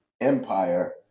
empire